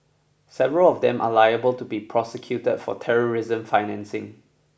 several of them are liable to be prosecuted for terrorism financing